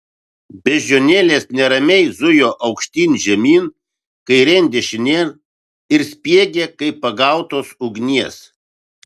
beždžionėlės neramiai zujo aukštyn žemyn kairėn dešinėn ir spiegė kaip pagautos ugnies